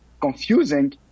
confusing